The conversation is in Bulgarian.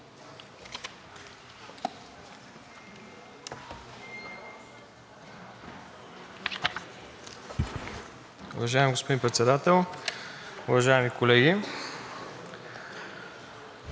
Уважаеми господин Председател, уважаеми колеги!